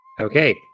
Okay